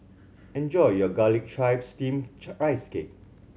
enjoy your Garlic Chives Steamed Rice Cake